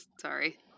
sorry